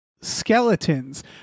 skeletons